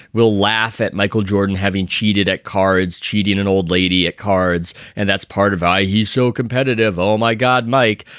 we'll laugh at michael jordan having cheated at cards, cheating an old lady at cards. and that's part of why he's so competitive. oh, my god, mike.